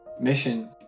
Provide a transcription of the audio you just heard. mission